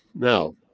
now